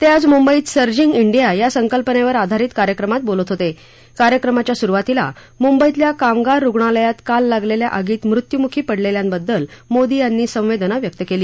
ते आज मुंबईत सर्जिंग डिया या संकल्पनेवर आधारित कार्यक्रमात बोलत होतेकार्यक्रमाच्या सुरुवातीला मुंबईतल्या कामगार रुगणालयात काल लागलेल्या आगीत मृत्यूमुखी पडलेल्यांबद्दल मोदी यांनी संवेदना व्यक्त केली